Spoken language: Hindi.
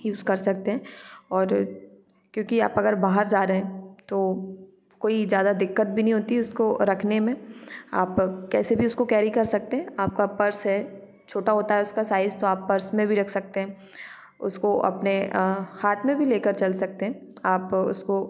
यूज कर सकते हैं और क्योंकि आप अगर बाहर जा रहे हैं तो कोई ज्यादा दिक्कत भी नहीं होती है उसको रखने में आप कैसे भी उसको कैरी कर सकते हैं आपका पर्स है छोटा होता है उसका साइज़ तो आप पर्स में भी रख सकते हैं उसको अपने अ हाथ में भी लेकर चल सकते हैं आप उसको